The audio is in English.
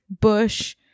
Bush